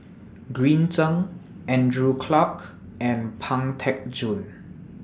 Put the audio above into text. Green Zeng Andrew Clarke and Pang Teck Joon